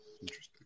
Interesting